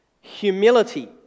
humility